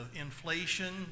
inflation